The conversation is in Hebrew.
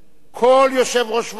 כל יושב-ראש ועדה,